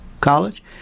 College